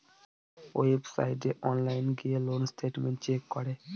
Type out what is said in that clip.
ওয়েবসাইটে অনলাইন গিয়ে loan statement check করে